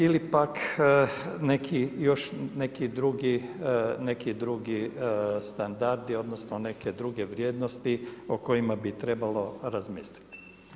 Ili pak još neki drugi standardi, odnosno, neke druge vrijednosti o kojima bi trebalo razmisliti.